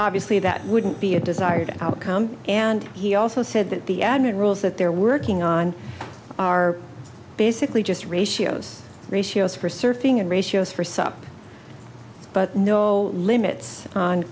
obviously that wouldn't be a desired outcome and he also said that the admin rules that they're working on are basically just ratios ratios for surfing and ratios for sup but no limits on